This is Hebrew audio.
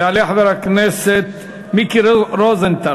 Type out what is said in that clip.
יעלה חבר הכנסת מיקי רוזנטל,